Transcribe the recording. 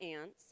ants